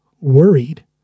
worried